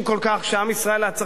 שבהם עם ישראל היה צריך להיות מלוכד,